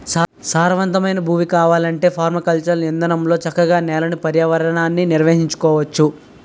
సారవంతమైన భూమి కావాలంటే పెర్మాకల్చర్ ఇదానంలో చక్కగా నేలని, పర్యావరణాన్ని నిర్వహించుకోవచ్చు